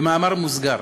במאמר מוסגר,